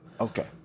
Okay